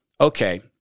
Okay